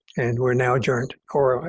and we're now adjourned. cora, but